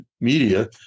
media